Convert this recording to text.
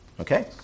Okay